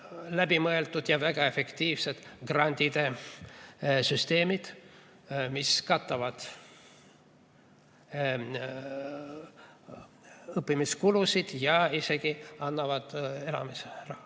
läbimõeldud ja väga efektiivsed grantide süsteemid, mis katavad õppimiskulusid ja isegi annavad elamisraha.